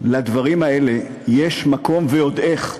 לדברים האלה יש מקום, ועוד איך,